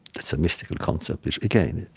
that's a mystical concept which again,